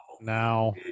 Now